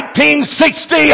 1960